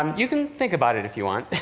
um you can think about it, if you want.